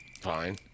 fine